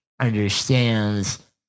understands